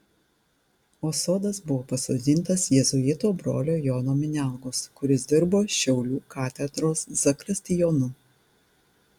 o sodas buvo pasodintas jėzuito brolio jono minialgos kuris dirbo šiaulių katedros zakristijonu